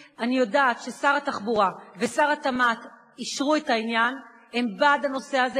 מכספי הקרן בתחרות בין היצרנים בארץ ומחו"ל.